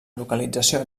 localització